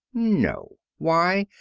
no. why?